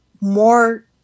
more